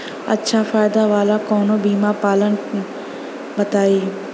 अच्छा फायदा वाला कवनो बीमा पलान बताईं?